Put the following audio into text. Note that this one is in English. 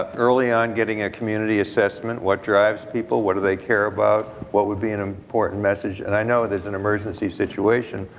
ah early on getting a community assessment what drives people, what do they care about, what would be an important message and i know there's an emergency situation,